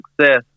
success